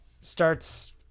starts